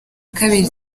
kabiri